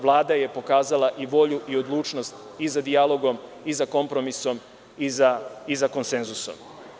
Vlada je pokazala i volju i odlučnost i za dijalogom i za kompromisom i za konsenzusom.